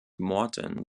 morton